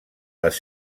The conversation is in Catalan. les